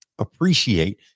Appreciate